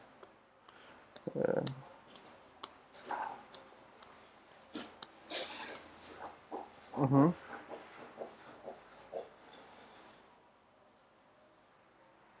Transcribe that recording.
ya mmhmm